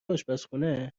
اشپزخونه